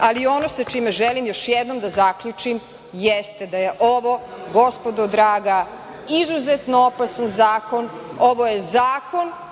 ali ono sa čime želim još jednom da zaključim jeste da je ovo gospodo draga izuzetno opasan zakon. Ovo je zakon